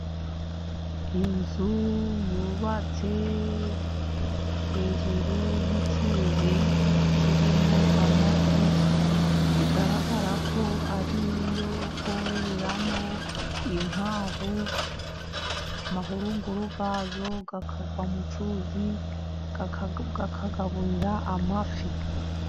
Inzu yubatse hejuru y'icyuzi kiririmo amafi, bigaragara ko ariyo kororeramo inkwavu , amahurunguru yazo akagwa mu cyuzi, akagaburira amafi.